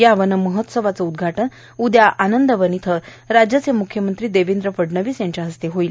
या वनमहोत्सवाचं उदघाटन उदया आनंदवन इथं राज्याचे मुख्यमंत्री देवेंद्र फडणीस यांच्या हस्ते होणार आहे